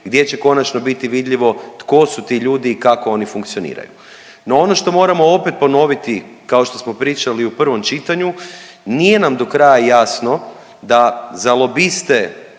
gdje će konačno biti vidljivo tko su ti ljudi i kako oni funkcioniraju. No ono što moramo opet ponoviti kao što smo pričali u prvom čitanju, nije nam do kraja jasno da za lobiste